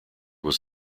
was